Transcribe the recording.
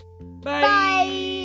bye